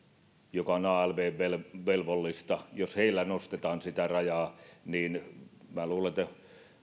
joka on alv velvollista ja jos heillä nostetaan sitä rajaa niin luulen että